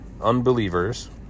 unbelievers